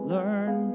Learn